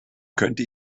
könnte